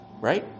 Right